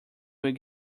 will